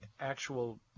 actual –